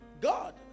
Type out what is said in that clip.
God